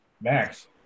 Max